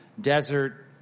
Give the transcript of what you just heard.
desert